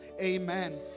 Amen